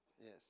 Yes